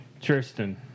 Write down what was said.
Tristan